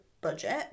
budget